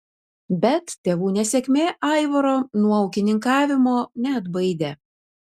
bet tėvų nesėkmė aivaro nuo ūkininkavimo neatbaidė